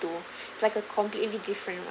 to it's like a completely different one